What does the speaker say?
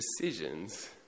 decisions